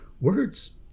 words